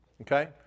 Okay